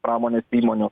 pramonės įmonių